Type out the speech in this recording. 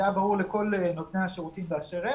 זה היה ברור לכל נותני השירותים באשר הם